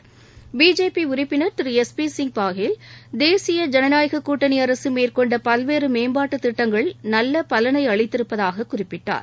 பிசிங் பிஜேபிஉறுப்பினர் திரு எஸ் பாஹேல் தேசிய ஜனநாயககூட்டணிஅரசுமேற்கொண்டபல்வேறுமேம்பாட்டுத் திட்டங்கள் நல்லபலனைஅளித்திருப்பதாககுறிப்பிட்டார்